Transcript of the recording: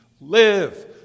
live